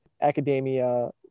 academia